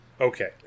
okay